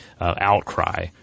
outcry